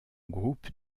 groupe